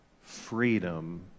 freedom